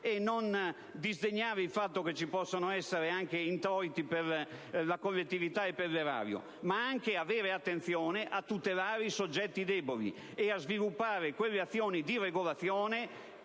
e non disdegnare il fatto che ci possono essere introiti per la collettività e l'erario, ma anche avere attenzione a tutelare i soggetti deboli e sviluppare le azioni di regolazione